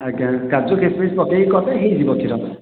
ଆଜ୍ଞା କାଜୁ କିସମିସ ପକେଇକି କଲେ ହେଇଯିବ କ୍ଷୀର